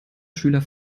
schüler